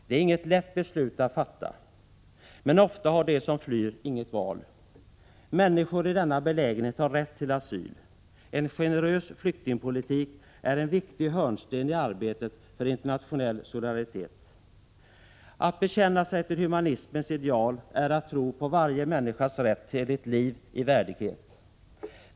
Det är inget lätt beslut att fatta, men ofta har de som flyr inget val. Människor i denna belägenhet har rätt till asyl. En generös flyktingpolitik är en viktig hörnsten i arbetet för internationell solidaritet. Att bekänna sig till humanismens ideal är att tro på varje människas rätt till ett liv i värdighet.